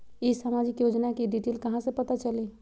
ई सामाजिक योजना के डिटेल कहा से पता चली?